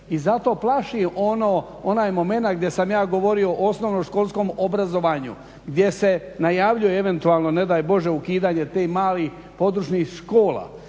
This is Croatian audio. I zato plaši onaj momenat gdje sam ja govorio o osnovnom školskom obrazovanju gdje se najavljuje eventualno ne daj Bože ukidanje tih malih područnih škola